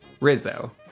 Rizzo